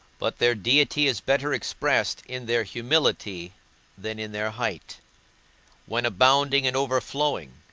but their deity is better expressed in their humility than in their height when abounding and overflowing,